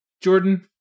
Jordan